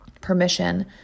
permission